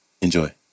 Enjoy